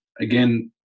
again